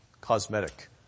Cosmetic